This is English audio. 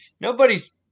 Nobody's